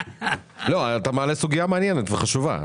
אתה מעלה סוגיה מעניינת וחשובה,